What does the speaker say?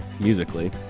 musically